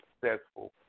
successful